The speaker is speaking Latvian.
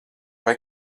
vai